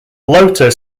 lotus